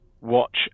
watch